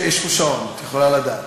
יש פה שעון, את יכולה לדעת.